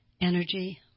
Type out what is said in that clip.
energy